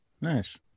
Nice